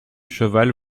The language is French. cheval